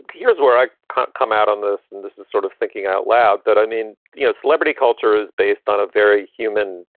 here's where i can't come out on this. and this is sort of thinking out loud that, i mean, you know, celebrity culture is based on a very human,